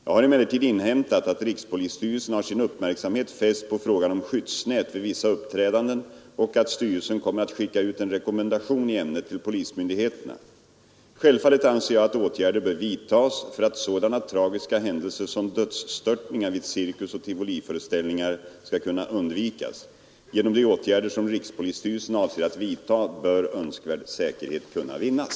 Jag har emellertid inhämtat att rikspolisstyrelsen har sin uppmärksamhet fäst på frågan om skyddsnät vid vissa uppträdanden och att styrelsen kommer att skicka ut en rekommenda tion i ämnet till polismyndigheterna. Självfallet anser jag att åtgärder bör vidtas för att sådana tragiska händelser som dödsstörtningar vid cirkusoch tivoliföreställningar skall kunna undvikas. Genom de åtgärder som rikspolisstyrelsen avser att vidta bör önskvärd säkerhet kunna vinnas.